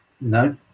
No